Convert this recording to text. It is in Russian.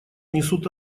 несут